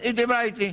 היא דיברה איתי,